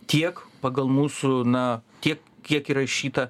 tiek pagal mūsų na tiek kiek įrašyta